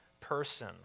person